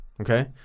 Okay